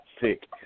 sick